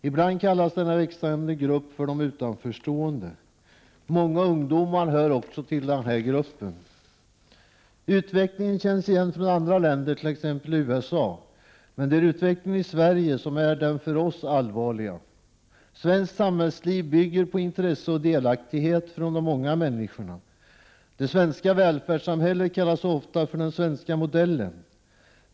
Ibland kallas denna växande grupp för de utanförstående. Många ungdomar hör också till denna grupp. Utvecklingen känns igen från andra länder, t.ex. USA. Men det är utvecklingen i Sverige som är den för oss allvarliga. Svenskt samhällsliv bygger på intresse och delaktighet från de många människorna. Det svenska välfärdssamhället kallas ofta för den svenska modellen.